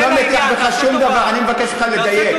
אני לא מטיח בך שום דבר, אני מבקש ממך לדייק.